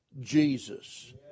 Jesus